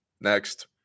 Next